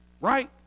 right